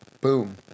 Boom